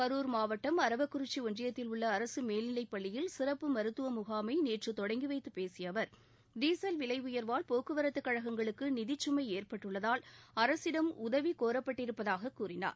கருர் மாவட்டம் அறவக்குறிச்சி ஒன்றியத்தில் உள்ள அரசு மேல்நிலைப்பள்ளியில் சிறப்பு மருத்துவ முகாஸ் நேற்று தொடங்கி வைத்துப்பேசிய அவர் டீசல் விலை உயர்வால் போக்குவரத்துக் கழகங்களுக்கு நிதிச்சுமை ஏற்பட்டுள்ளதால் அரசிடம் உதவி கோரப்பட்டிருப்பதாகக் கூறினார்